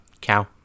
Cow